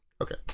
Okay